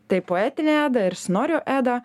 tai poetinę edą ir snorio edą